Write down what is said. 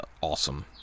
awesome